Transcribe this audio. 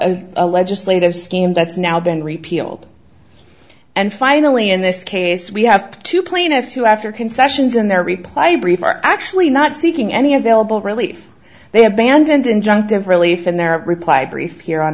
a legislative scheme that's now been repealed and finally in this case we have two plaintiffs who after concessions in their reply brief are actually not seeking any available relief they abandoned injunctive relief in their reply brief here on